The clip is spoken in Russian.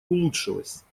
улучшилась